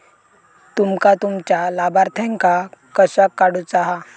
तुमका तुमच्या लाभार्थ्यांका कशाक काढुचा हा?